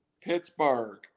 Pittsburgh